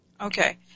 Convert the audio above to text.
Okay